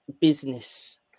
business